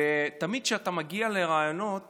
ותמיד כשאתה מגיע לראיונות